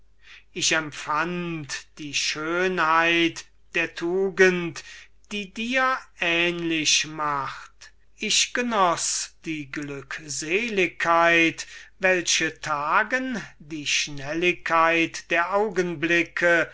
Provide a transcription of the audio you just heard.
ich empfand die schönheit der tugend die dir ähnlich macht ich genoß die glückseligkeit welche tagen die schnelligkeit der augenblicke